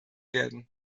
werden